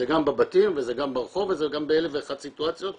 זה גם בבתים וזה גם ברחוב וזה גם ב-1001 סיטואציות,